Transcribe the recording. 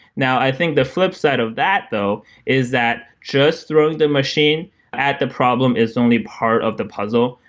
now i think the flipside of that though is that just throwing the machine at the problem is only part of the puzzle.